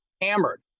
hammered